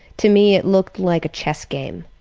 to me it looked like a chess game,